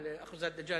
"אחוזת דג'אני".